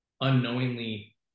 unknowingly